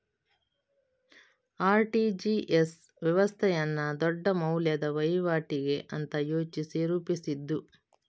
RTGS ವ್ಯವಸ್ಥೆಯನ್ನ ದೊಡ್ಡ ಮೌಲ್ಯದ ವೈವಾಟಿಗೆ ಅಂತ ಯೋಚಿಸಿ ರೂಪಿಸಿದ್ದು